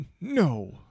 No